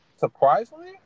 Surprisingly